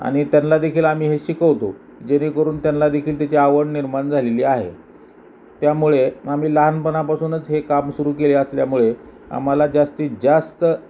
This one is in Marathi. आणि त्यांना देखील आम्ही हे शिकवतो जेणेकरून त्यांना देखील त्याची आवड निर्माण झालेली आहे त्यामुळे आम्ही लहानपनापासूनच हे काम सुरू केले असल्यामुळे आम्हाला जास्तीत जास्त